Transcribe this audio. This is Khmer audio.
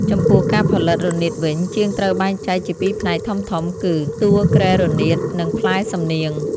ចំពោះការផលិត រនាត វិញ ជាងត្រូវបែងចែកជាពីរផ្នែកធំៗ គឺ តួគ្រែរនាត និង ផ្លែសំនៀង។